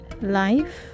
Life